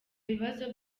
bibazo